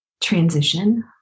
transition